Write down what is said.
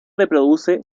reproduce